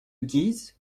guise